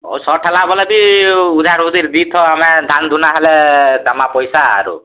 ହଉ ସର୍ଟ ହେଲା ବୋଏଲେବି ଉଧାର ଉଧିର୍ ଦିଥ ଆମେଁ ଧାନ୍ ଧୁନା ହେଲେ ଦେମା ପଇସା ଆରୁ